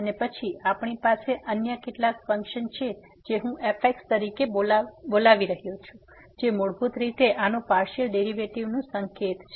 અને પછી આપણી પાસે અન્ય કેટલાક ફંક્શન છે જેને હું fx તરીકે બોલાવી રહ્યો છું જે મૂળભૂત રીતે આનું પાર્સીઅલ ડેરીવેટીવનું સંકેત છે